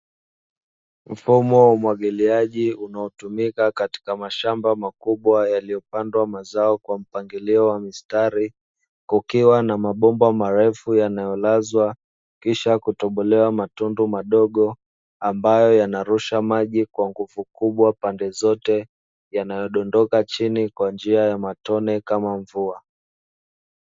Mfumo wa umwagiliaji, unaotumika katika mashamba makubwa yaliyopandwa mazao kwa mpangilio wa mistari, kukiwa na mabomba marefu yanayolazwa kisha kutobolewa matundu madogo ambayo yanarusha maji kwa nguvu kubwa pande zote yanayodondoka chini kwa njia ya matone kama mvua.